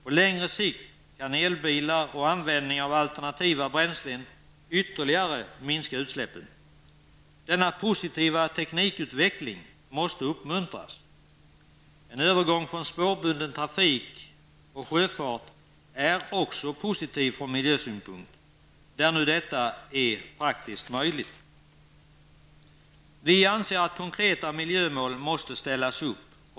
På längre sikt kan elbilar och användning av alternativa bränslen ytterligare minska utsläppen. Denna positiva teknikutveckling måste uppmuntras. En övergång till spårbunden trafik och sjöfart är också positiv från miljösynpunkt, där nu detta är praktiskt möjligt. Vi anser att konkreta miljömål måste ställas upp.